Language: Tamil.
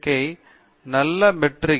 பேராசிரியர் பிரதாப் ஹரிதாஸ் நல்ல மெட்ரிக்